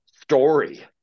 story